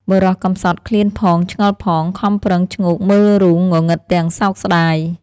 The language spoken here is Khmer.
បុរសកំសត់ឃ្លានផង ឆ្ងល់ផង ខំប្រឹងឈ្ងោកមើលរូង ងងឹតទាំងសោកស្តាយ ។